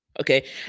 Okay